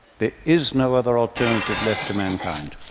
there is no other alternative left to mankind.